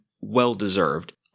well-deserved